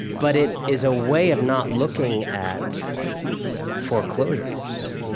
but it is a way of not looking at foreclosures.